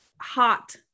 hot